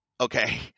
Okay